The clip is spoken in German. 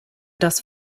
das